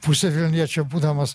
pusė vilniečio būdamas